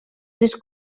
les